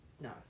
no